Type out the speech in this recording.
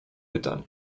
pytań